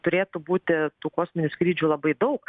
turėtų būti tų kosminių skrydžių labai daug